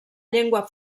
llengua